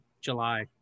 July